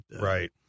Right